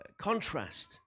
contrast